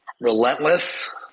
relentless